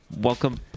Welcome